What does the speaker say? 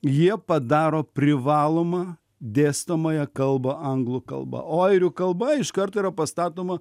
jie padaro privalomą dėstomąją kalbą anglų kalba o airių kalba iš karto yra pastatoma